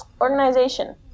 organization